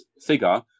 figure